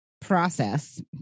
process